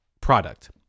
product